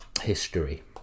history